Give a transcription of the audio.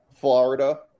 Florida